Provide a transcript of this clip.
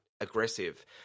aggressive